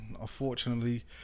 Unfortunately